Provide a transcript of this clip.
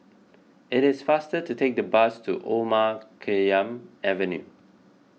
it is faster to take the bus to Omar Khayyam Avenue